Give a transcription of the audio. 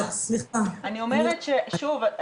אני אומרת שוב,